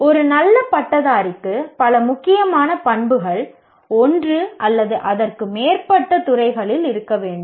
ஒரு நல்ல பட்டதாரிக்கு பல முக்கியமான பண்புகள் ஒன்று அல்லது அதற்கு மேற்பட்ட துறைகளில் இருக்க வேண்டும்